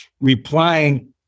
replying